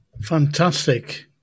Fantastic